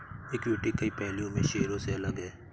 equity कई पहलुओं में शेयरों से अलग है